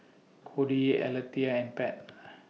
Codie Alethea and Pat